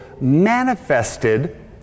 manifested